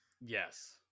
Yes